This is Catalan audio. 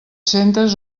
centes